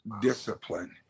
discipline